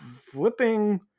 flipping